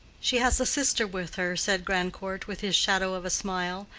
she has a sister with her, said grandcourt, with his shadow of a smile,